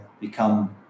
become